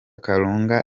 karuranga